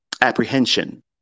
apprehension